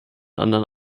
anderen